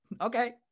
Okay